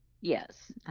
Yes